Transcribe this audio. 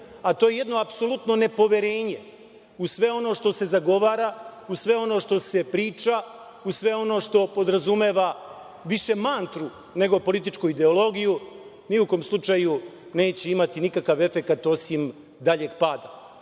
a to je jedno apsolutno nepoverenje u sve ono što se zagovara, u sve ono što se priča, u sve ono što podrazumeva više mantru nego političku ideologiju, ni u kom slučaju neće imati nikakav efekat osim dalji